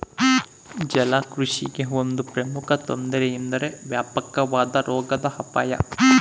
ಜಲಕೃಷಿಗೆ ಒಂದು ಪ್ರಮುಖ ತೊಂದರೆ ಎಂದರೆ ವ್ಯಾಪಕವಾದ ರೋಗದ ಅಪಾಯ